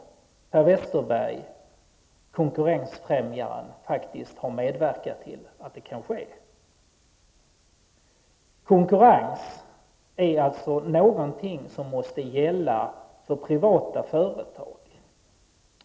Per Westerberg, konkurrensfrämjaren, har faktiskt medverkat till att det skall kunna ske. Konkurrens är något som kan gälla för privata företag.